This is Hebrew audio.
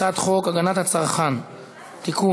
הצעת חוק הגנת הצרכן (תיקון,